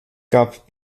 gab